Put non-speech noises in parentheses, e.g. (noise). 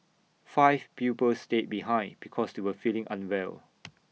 five pupils stayed behind because they were feeling unwell (noise)